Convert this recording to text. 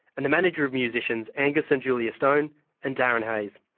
and the manager of musicians angus and julia stone and darren hayes.